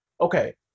Okay